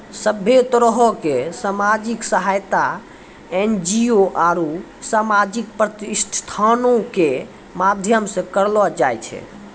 सभ्भे तरहो के समाजिक सहायता एन.जी.ओ आरु समाजिक प्रतिष्ठानो के माध्यमो से करलो जाय छै